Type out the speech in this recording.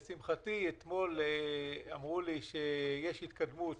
לשמחתי אתמול אמרו לי שיש התקדמות